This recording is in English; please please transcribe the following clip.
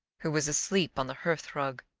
who was asleep on the hearthrug.